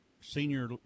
senior